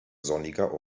sonniger